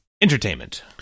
Entertainment